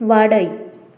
वाडय